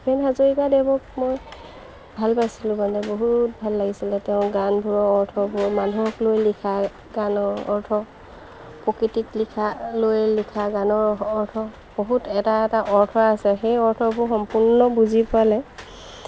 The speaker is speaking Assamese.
ভূপেন হাজৰিকাদেৱক মই ভাল পাইছিলোঁ মানে বহুত ভাল লাগিছিলে তেওঁ গানবোৰৰ অৰ্থবোৰ মানুহক লৈ লিখা গানৰ অৰ্থ প্ৰকৃতিক লিখা লৈ লিখা গানৰ অৰ্থ বহুত এটা এটা অৰ্থ আছে সেই অৰ্থবোৰ সম্পূৰ্ণ বুজি পালে